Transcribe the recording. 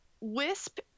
Wisp